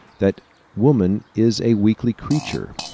that woman is a weakly creature.